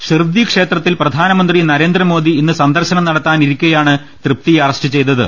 ഷിർദ്ദി ക്ഷേത്രത്തിൽ പ്രധാനമന്ത്രി നരേ ന്ദ്രമോദി ഇന്ന് സന്ദർശനം നടത്താനിരിക്കെയാണ് തൃപ്തിയെ അറസ്റ്റ് ചെയ്തത്